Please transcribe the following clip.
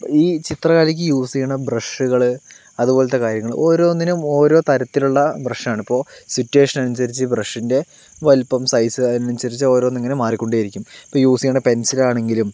ഈ ചിത്രകലയ്ക്ക് യൂസ് ചെയ്യണ ബ്രഷുകൾ അതുപോലെത്തെ കാര്യങ്ങള് ഓരോന്നിനും ഓരോ തരത്തിലുള്ള ബ്രഷാണ് ഇപ്പോൾ സിറ്റുവേഷൻ അനുസരിച്ച് ബ്രഷിൻ്റെ വലിപ്പം സൈസ് അതിനനുസരിച്ച് ഓരോന്നിങ്ങനെ മാറിക്കൊണ്ടേയിരിക്കും ഇപ്പോൾ യൂസ് ചെയ്യുന്ന പെൻസിലാണെങ്കിലും